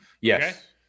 Yes